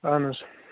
اَہَن حظ